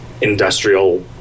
industrial